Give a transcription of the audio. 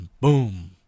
boom